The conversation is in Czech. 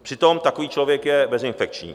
Přitom takový člověk je bezinfekční.